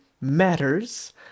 matters